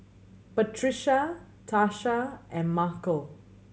Patricia Tarsha and Markell